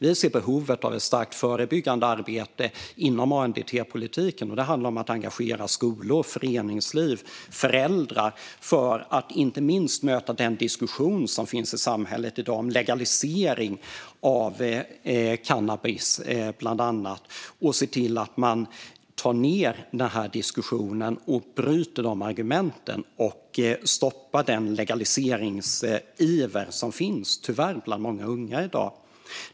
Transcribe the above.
Vi ser behovet av ett stärkt förebyggande arbete inom ANDT-politiken. Det handlar om att engagera skolor, föreningsliv och föräldrar för att möta inte minst den diskussion som finns i samhället i dag om legalisering av bland annat cannabis och se till att man tar ned den diskussionen, bryter argumenten och stoppar den legaliseringsiver som tyvärr finns bland många unga i dag.